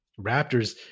Raptors